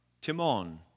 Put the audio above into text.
Timon